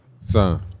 son